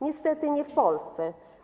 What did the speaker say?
Niestety nie w Polsce.